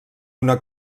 una